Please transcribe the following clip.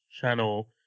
Channel